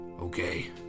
Okay